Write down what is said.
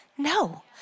No